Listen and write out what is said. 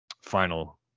Final